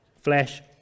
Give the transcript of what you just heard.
flesh